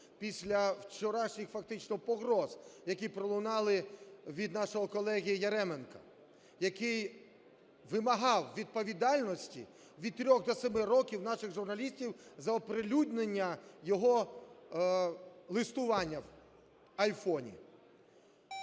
Після вчорашніх, фактично, погроз, які пролунали від нашого колеги Яременка, який вимагав відповідальності від 3 до 7 років наших журналістів за оприлюднення його листування в Айфоні.